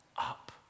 up